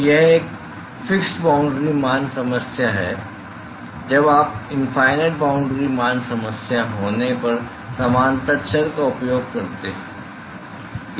तो यह एक फिक्स्ड बाॅन्ड्री मान समस्या है जब आप इनफाइनाइट बाउंड्री मान समस्या होने पर समानता चर का उपयोग करते हैं